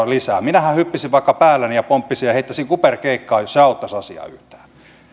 lisää minähän hyppisin vaikka päälläni ja pomppisin ja heittäisin kuperkeikkaa jos se auttaisi asiaa yhtään